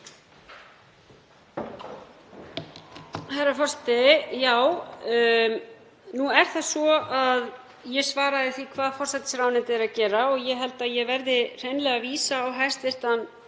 Herra forseti. Já, nú er það svo að ég svaraði því hvað forsætisráðuneytið er að gera og ég held að ég verði hreinlega að vísa á hæstv.